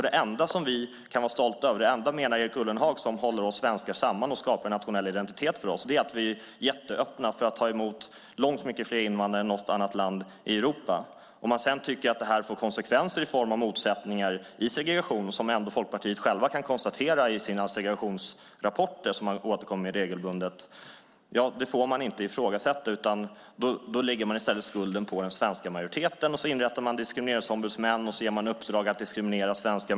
Det enda som vi kan vara stolta över och det enda som Erik Ullenhag menar håller oss svenskar samman och skapar en nationell identitet för oss är att vi är jätteöppna för att ta emot långt många fler invandrare än något annat land i Europa. Om man sedan tycker att det här får konsekvenser i form av motsättningar och segregation, som ni i Folkpartiet kan konstatera i era segregationsrapporter som återkommer med regelbundet, säger ni att det är något som man inte får ifrågasätta. Då lägger man i stället skulden på den svenska majoriteten, och så inrättar man diskrimineringsombudsmän ger dem i uppdrag att diskriminera svenskar.